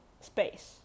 space